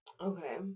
Okay